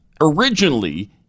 originally